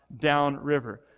downriver